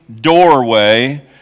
doorway